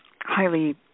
highly